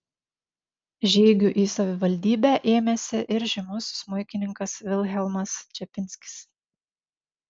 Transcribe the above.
žygių į savivaldybę ėmėsi ir žymus smuikininkas vilhelmas čepinskis